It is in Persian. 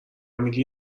میگی